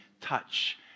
touch